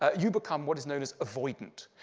ah you become what is known as avoidant,